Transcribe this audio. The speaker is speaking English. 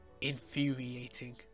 Infuriating